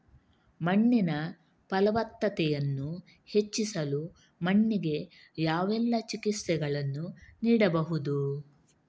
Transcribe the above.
ಮಣ್ಣಿನ ಫಲವತ್ತತೆಯನ್ನು ಹೆಚ್ಚಿಸಲು ಮಣ್ಣಿಗೆ ಯಾವೆಲ್ಲಾ ಚಿಕಿತ್ಸೆಗಳನ್ನು ನೀಡಬಹುದು?